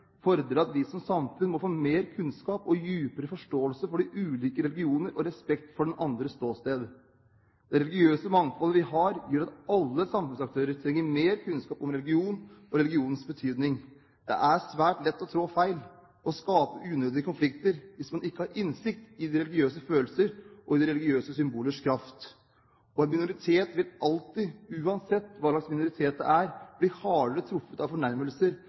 at vi som samfunn må få mer kunnskap og djupere forståelse for de ulike religioner og respekt for den andres ståsted. Det religiøse mangfoldet vi har, gjør at alle samfunnsaktører trenger mer kunnskap om religion og religionens betydning. Det er svært lett å trå feil og skape unødige konflikter hvis man ikke har innsikt i de religiøse følelser og i de religiøse symbolers kraft. En minoritet vil alltid, uansatt hva slags minoritet det er, bli hardere truffet av fornærmelser